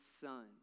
son